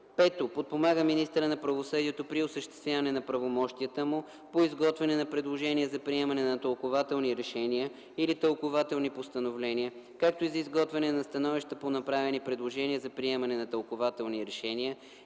5. подпомага министъра на правосъдието при осъществяване на правомощията му по изготвяне на предложения за приемане на тълкувателни решения или тълкувателни постановления, както и за изготвяне на становища по направени предложения за приемане на тълкувателни решения